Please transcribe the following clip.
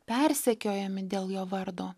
persekiojami dėl jo vardo